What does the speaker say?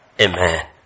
Amen